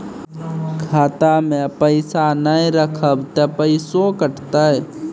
खाता मे पैसा ने रखब ते पैसों कटते?